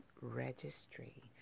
Registry